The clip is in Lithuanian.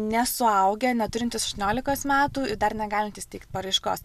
nesuaugę neturintys aštuoniolikos metų ir dar negalintys teikt paraiškos